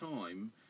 time